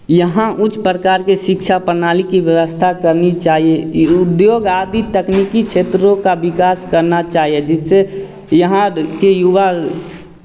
यहाँ उच्च प्रकार की शिक्षा प्रणाली की व्यवस्था करनी चाहिए उद्योग आदि तकनीकी क्षेत्रों का विकास करना चाहिए जिससे यहाँ के युवा